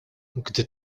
gdy